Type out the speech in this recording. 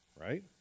right